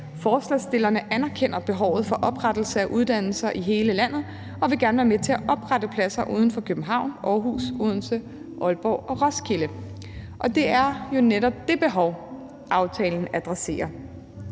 »Forslagsstillerne anerkender behovet for oprettelse af uddannelser i hele landet og vil gerne være med til at oprette pladser uden for København, Aarhus, Odense, Aalborg og Roskilde ...«. Det er jo netop det behov, aftalen adresserer.